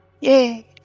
Yay